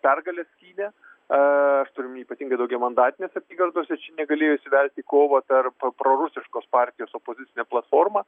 pergalę skynė a aš turiu omeny ypatingai daugiamandatinėse apygardose čia negalėjo įsivelti į kovą per prorusiškos partijos opozicinę platformą